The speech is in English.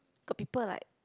got people like